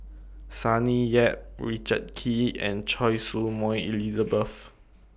Sonny Yap Richard Kee and Choy Su Moi Elizabeth